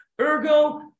Ergo